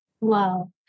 Wow